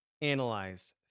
analyze